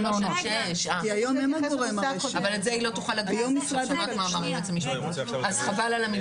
אנחנו מנסים להבין מדוע מעונות כן ומדוע גני ילדים